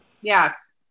Yes